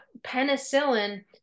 penicillin